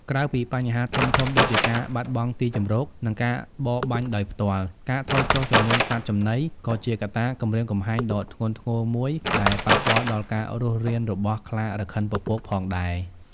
ក្រៅពីបញ្ហាធំៗដូចជាការបាត់បង់ទីជម្រក និងការបរបាញ់ដោយផ្ទាល់ ការថយចុះចំនួនសត្វចំណី ក៏ជាកត្តាគំរាមកំហែងដ៏ធ្ងន់ធ្ងរមួយដែលប៉ះពាល់ដល់ការរស់រានរបស់ខ្លារខិនពពក ផងដែរ។